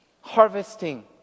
harvesting